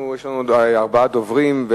יש לנו עוד ארבעה דוברים.